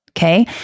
Okay